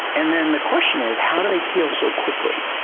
and then the question is how do they heal so quickly?